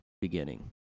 beginning